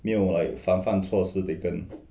没有 like 防范措施 taken